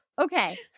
Okay